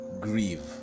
Grieve